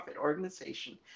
organization